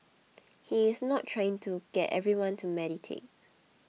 he is not trying to get everyone to meditate